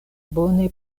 bone